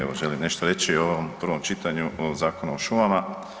Evo želim nešto reći o ovom prvom čitanju o Zakonu o šumama.